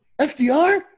fdr